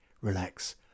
relax